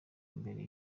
mbere